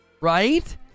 right